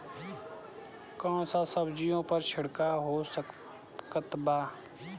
कौन सा सब्जियों पर छिड़काव हो सकत बा?